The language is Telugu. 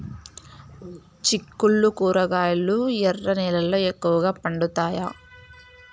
చిక్కుళ్లు కూరగాయలు ఎర్ర నేలల్లో ఎక్కువగా పండుతాయా